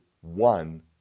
one